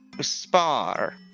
spar